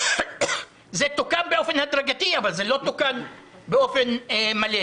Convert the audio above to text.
זה תוקן באופן הדרגתי, אבל זה לא תוקן באופן מלא.